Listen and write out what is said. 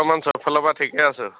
অকণমান চব ফালৰ পৰা ঠিকে আছে